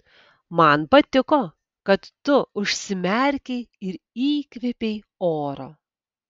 man patiko kad tu užsimerkei ir įkvėpei oro